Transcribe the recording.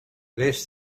less